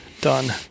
done